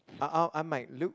uh I I might look